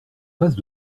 fasse